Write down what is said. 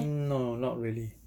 mm no not really